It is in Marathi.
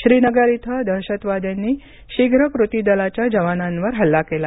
श्रीनगर इथं दहशतवाद्यांनी शीघ्र कृती दलाच्या जवानांवर हल्ला केला